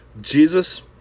Jesus